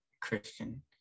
Christian